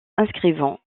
inscrivant